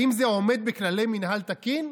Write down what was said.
האם זה עומד בכללי מינהל תקין?